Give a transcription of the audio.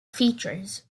features